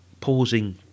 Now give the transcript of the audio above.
pausing